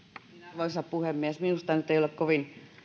arvoisa puhemies minusta nyt ei ole kovin